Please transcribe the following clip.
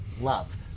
love